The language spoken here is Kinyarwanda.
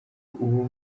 ubu